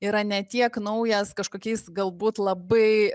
yra ne tiek naujas kažkokiais galbūt labai